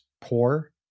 poor